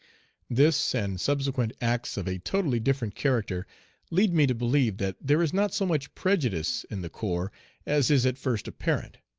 this and subsequent acts of a totally different character lead me to believe that there is not so much prejudice in the corps as is at first apparent.